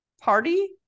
party